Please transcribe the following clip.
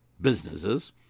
businesses